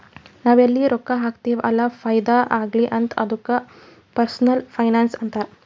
ನಾವ್ ಎಲ್ಲಿ ರೊಕ್ಕಾ ಹಾಕ್ತಿವ್ ಅಲ್ಲ ಫೈದಾ ಆಗ್ಲಿ ಅಂತ್ ಅದ್ದುಕ ಪರ್ಸನಲ್ ಫೈನಾನ್ಸ್ ಅಂತಾರ್